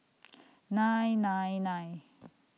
nine nine nine